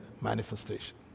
manifestation